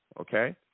Okay